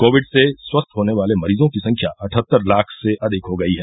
Covid से स्वस्थ होने वाले मरीजों की संख्या अठहत्तर लाख से अधिक हो गई है